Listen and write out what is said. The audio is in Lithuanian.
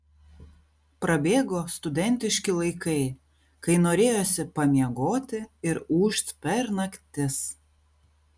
prabėgo studentiški laikai kai norėjosi pamiegoti ir ūžt per naktis